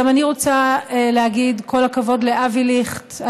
אני גם רוצה להגיד כל הכבוד לאבי ליכט,